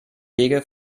wege